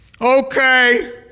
Okay